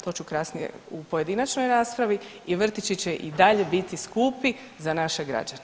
To ću kasnije u pojedinačnoj raspravi i vrtići će i dalje biti skupi za naše građane.